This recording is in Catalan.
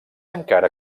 encara